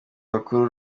bakuru